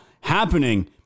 happening